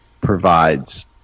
provides